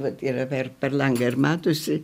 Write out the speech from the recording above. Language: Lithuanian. vat yra per per langą ir matosi